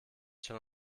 schon